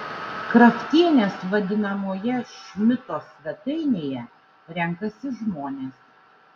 kraftienės vadinamoje šmito svetainėje renkasi žmonės